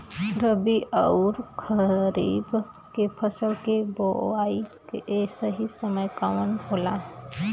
रबी अउर खरीफ के फसल के बोआई के सही समय कवन होला?